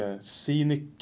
scenic